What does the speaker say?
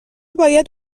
باید